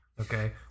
Okay